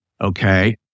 Okay